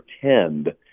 pretend